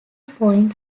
point